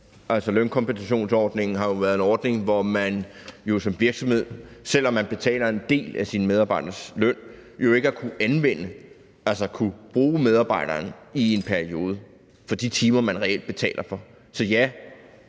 lønkompensationsordningen har jo været en ordning, hvor man som virksomhed, selv om man betaler en del af sin medarbejders løn, jo ikke har kunnet anvende, altså ikke har kunnet bruge medarbejderen i en periode på de timer, man reelt betaler for.